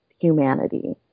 humanity